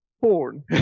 porn